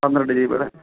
പന്ത്രണ്ട് ജി ബിടെ